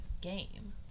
game